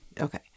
Okay